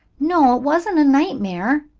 no, it wasn't a nightmare,